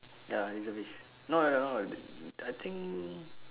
ya reservist no no no no no I think